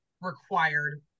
required